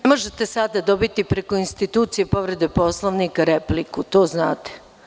Ne možete sada dobiti preko institucije povrede Poslovnika repliku, to znate.